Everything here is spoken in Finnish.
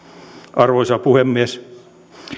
arvoisa puhemies